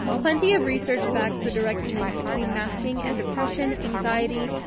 plenty of research backs the direct link between masking and depression, anxiety,